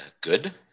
good